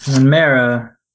Mara